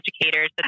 educators